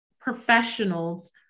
professionals